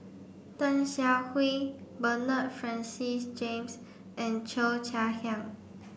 Tan Siah Kwee Bernard Francis James and Cheo Chai Hiang